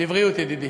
לבריאות, ידידי.